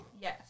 Yes